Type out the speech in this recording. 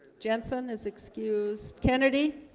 jensen is excused kennedy